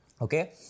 Okay